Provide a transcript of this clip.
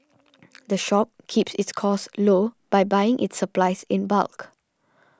the shop keeps its costs low by buying its supplies in bulk